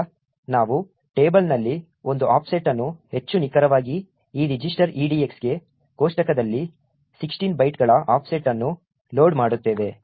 ನಂತರ ನಾವು ಟೇಬಲ್ನಲ್ಲಿ ಒಂದು ಆಫ್ಸೆಟ್ ಅನ್ನು ಹೆಚ್ಚು ನಿಖರವಾಗಿ ಈ ರಿಜಿಸ್ಟರ್ EDX ಗೆ ಕೋಷ್ಟಕದಲ್ಲಿ 16 ಬೈಟ್ಗಳ ಆಫ್ಸೆಟ್ ಅನ್ನು ಲೋಡ್ ಮಾಡುತ್ತೇವೆ